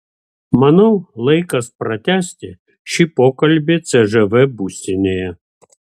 manau laikas pratęsti šį pokalbį cžv būstinėje